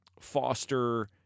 foster